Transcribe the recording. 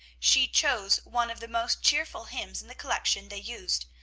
she chose one of the most cheerful hymns in the collection they used,